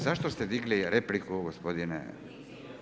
Zašto ste digli repliku gospodine?